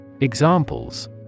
Examples